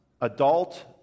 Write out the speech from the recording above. Adult